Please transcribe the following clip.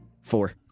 Four